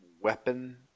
weapon